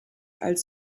als